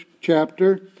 chapter